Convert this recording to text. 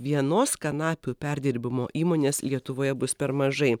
vienos kanapių perdirbimo įmonės lietuvoje bus per mažai